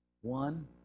One